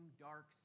dark